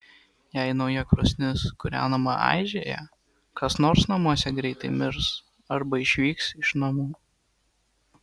jei nauja krosnis kūrenama aižėja kas nors namuose greitai mirs arba išvyks iš namų